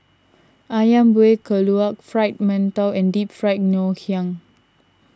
Ayam Buah Keluak Fried Mantou and Deep Fried Ngoh Hiang